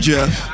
Jeff